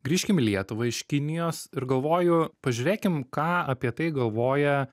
grįžkim į lietuvą iš kinijos ir galvoju pažiūrėkim ką apie tai galvoja